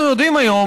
אנחנו יודעים היום,